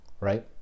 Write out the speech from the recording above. right